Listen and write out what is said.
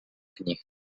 knih